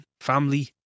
family